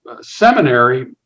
seminary